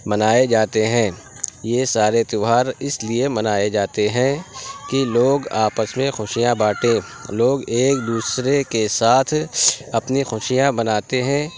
منائے جاتے ہیں یہ سارے تہوار اِس لیے منائے جاتے ہیں کہ لوگ آپس میں خوشیاں بانٹیں لوگ ایک دوسرے کے ساتھ اپنی خوشیاں مناتے ہیں